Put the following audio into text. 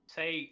say